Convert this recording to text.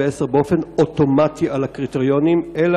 לא,